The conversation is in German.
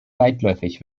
weitläufig